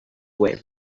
weight